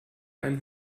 einen